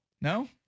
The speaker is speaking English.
No